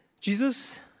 Jesus